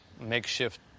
Makeshift